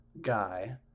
guy